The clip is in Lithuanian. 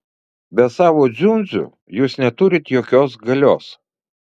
be savo dziundzių jūs neturite jokios galios